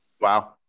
wow